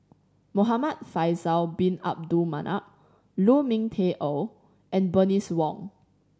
Muhamad Faisal Bin Abdul Manap Lu Ming Teh Earl and Bernice Wong